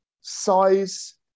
size